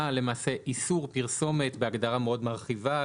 למעשה איסור פרסומת בהגדרה מאוד מרחיבה,